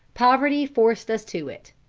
poverty forced us to it.